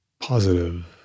positive